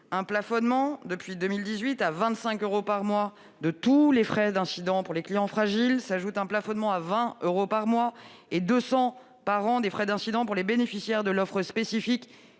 un plafonnement à 25 euros par mois de tous les frais d'incidents pour les clients fragiles. S'y ajoute un plafonnement à 20 euros par mois et à 200 euros par an des frais d'incidents pour les bénéficiaires de l'offre spécifique